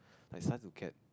like some to get